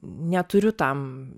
neturiu tam